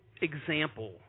example